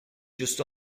just